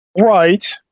Right